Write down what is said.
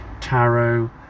tarot